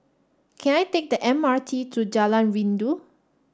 can I take the M R T to Jalan Rindu